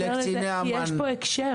ולקציני אמ"ן --- כי יש פה הקשר.